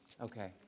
Okay